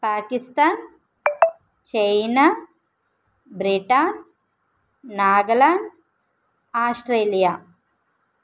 Pakistan China Britain Nagaland Australia